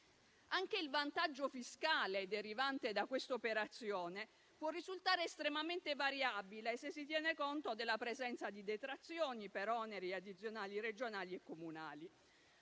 Anche il vantaggio fiscale derivante da questa operazione può risultare estremamente variabile, se si tiene conto della presenza di detrazioni per oneri e addizionali regionali e comunali.